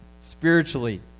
spiritually